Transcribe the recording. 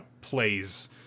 plays